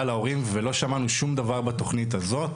על ההורים ולא שמענו שום דבר על התוכנית הזאת.